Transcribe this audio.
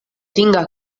tinga